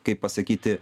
kaip pasakyti